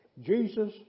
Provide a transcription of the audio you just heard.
Jesus